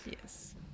yes